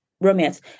romance